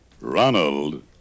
Ronald